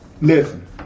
Listen